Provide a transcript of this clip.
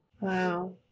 wow